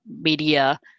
media